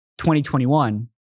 2021